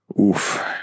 oof